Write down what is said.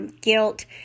guilt